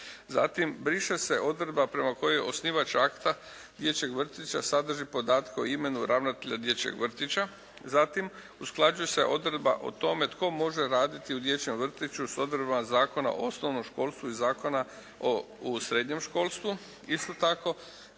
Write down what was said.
Zatim briše se odredba prema kojoj osnivač akta dječjeg vrtića sadrži podatke o imenu ravnatelja dječjeg vrtića. Zatim usklađuje se odredba o tome tko može raditi u dječjem vrtiću s odredbama Zakona o osnovnom školstvu i Zakona o srednjem školstvu. Isto tako